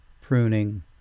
pruning